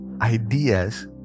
ideas